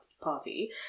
Party